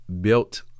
built